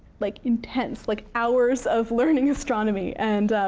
like intense, like hours of learning astronomy. and